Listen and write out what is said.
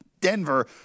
Denver